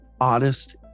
honest